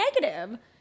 negative